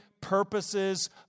purposes